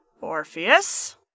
Orpheus